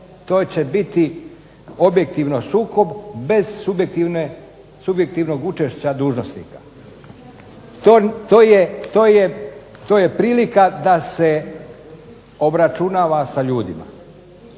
to će biti objektivno sukob bez subjektivnog učešća dužnosnika. To je prilika da se obračunava sa ljudima.